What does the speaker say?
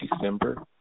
December